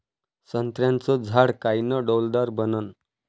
संत्र्याचं झाड कायनं डौलदार बनन?